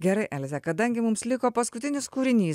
gerai elze kadangi mums liko paskutinis kūrinys